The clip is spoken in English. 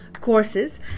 Courses